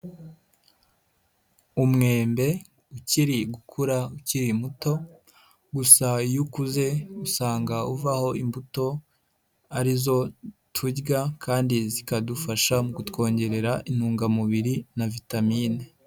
Umwembe ukiri gukura ukiri muto, gusa iyo ukuze usanga uvaho imbuto ari zo turya kandi zikadufasha kutwongerera intungamubiri na vitamine.